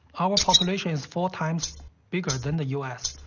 our population is four times bigger than the u s.